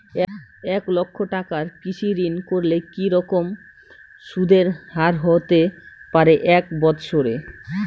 এক লক্ষ টাকার কৃষি ঋণ করলে কি রকম সুদের হারহতে পারে এক বৎসরে?